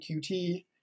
Qt